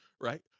right